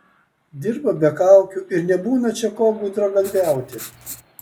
dirba be kaukių ir nebūna čia ko gudragalviauti